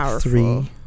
Three